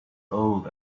old